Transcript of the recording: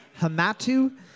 Hamatu